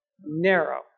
Narrow